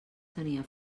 tenia